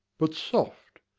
but, soft,